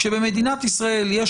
כשבמדינת ישראל יש,